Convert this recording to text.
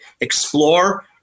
Explore